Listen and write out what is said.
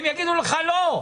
הם יאמרו לך לא.